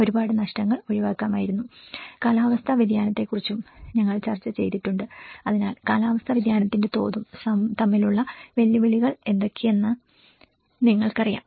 ഒരുപാട് നഷ്ടങ്ങൾ ഒഴിവാക്കുമായിരുന്നു കാലാവസ്ഥാ വ്യതിയാനത്തെ കുറിച്ചും ഞങ്ങൾ ചർച്ച ചെയ്തിട്ടുണ്ട് അതിനാൽ കാലാവസ്ഥാ വ്യതിയാനത്തിന്റെ തോതും തമ്മിലുള്ള വെല്ലുവിളികൾ എന്തൊക്കെയാണ് എന്ന് നിങ്ങൾക്കറിയാം